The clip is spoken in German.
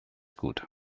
gut